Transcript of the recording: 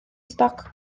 stoc